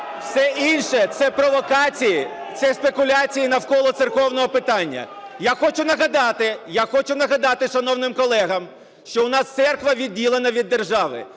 Все інше – це провокації, це спекуляції навколо церковного питання. Я хочу нагадати… (Шум у залі) Я хочу нагадати шановним колегам, що у нас церква відділена від держави,